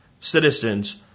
citizens